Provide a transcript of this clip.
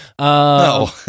No